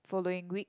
following week